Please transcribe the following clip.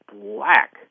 black